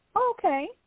Okay